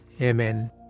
Amen